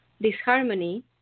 disharmony